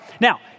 Now